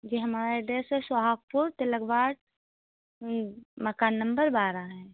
जी हमारा एड्रेस है सोहागपुर तिलक वार्ड मकान नंबर बारह है